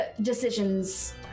Decisions